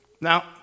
Now